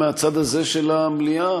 מהצד הזה של המליאה,